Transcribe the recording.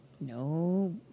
No